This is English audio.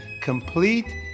complete